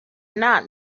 not